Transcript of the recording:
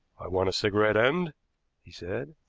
i want a cigarette-end, he said,